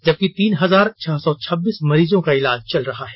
जबकि तीन हजार छह सौ छब्बीस मरीजों का इलाज चल रहा है